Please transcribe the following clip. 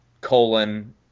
colon